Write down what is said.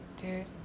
Dude